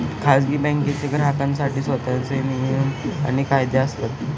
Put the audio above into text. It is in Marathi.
खाजगी बँकांचे ग्राहकांसाठी स्वतःचे नियम आणि कायदे असतात